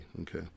Okay